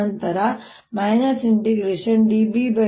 ನಂತರ B∂t